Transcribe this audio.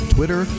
Twitter